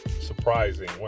surprising